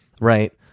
right